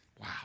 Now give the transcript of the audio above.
Wow